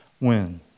win